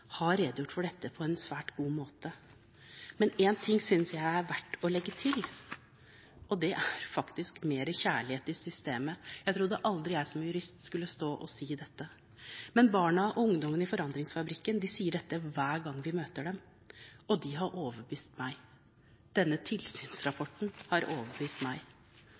har redegjort for dette på en svært god måte. Men én ting synes jeg det er verdt å legge til, og det er faktisk mer kjærlighet i systemet. Jeg trodde aldri jeg som jurist skulle stå og si dette, men barna og ungdommene i Forandringsfabrikken sier dette hver gang vi møter dem – og de har overbevist meg. Denne tilsynsrapporten har overbevist meg.